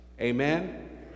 Amen